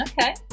Okay